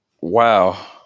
wow